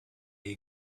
you